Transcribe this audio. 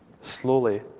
slowly